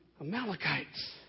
Amalekites